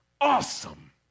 awesome